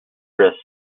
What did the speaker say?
wrists